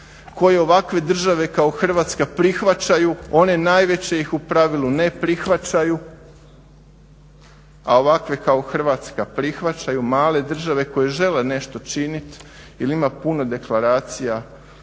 koja ovakve države kao Hrvatska prihvaćaju, one najveće ih u pravilu ne prihvaćaju, a ovakve kao Hrvatska prihvaćaju, male države koje žele nešto činit. Jer ima puno deklaracija i raznih